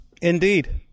Indeed